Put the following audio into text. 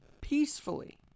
peacefully